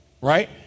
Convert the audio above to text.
right